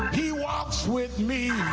he walks with me.